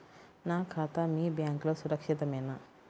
నా ఖాతా మీ బ్యాంక్లో సురక్షితమేనా?